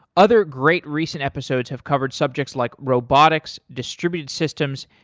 other great recent episodes have covered subjects like robotics, distributed systems,